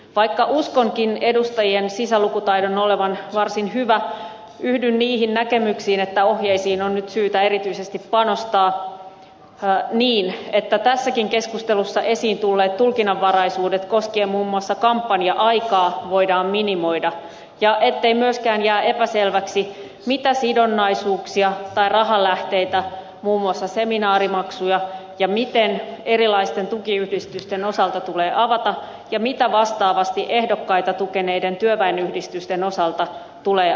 vaikka uskonkin edustajien sisälukutaidon olevan varsin hyvä yhdyn niihin näkemyksiin että ohjeisiin on nyt syytä erityisesti panostaa niin että tässäkin keskustelussa esiin tulleet tulkinnanvaraisuudet koskien muun muassa kampanja aikaa voidaan minimoida ja ettei myöskään jää epäselväksi mitä ja miten sidonnaisuuksia tai rahalähteitä muun muassa seminaarimaksuja tulee avata mitä erilaisten tukiyhdistysten osalta ja mitä vastaavasti ehdokkaita tukeneiden työväenyhdistysten osalta tulee avata